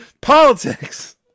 Politics